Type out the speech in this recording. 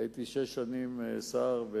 הייתי שש שנים שר,